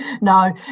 No